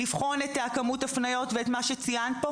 לבחון את כמות הפניות ואת מה שציינת.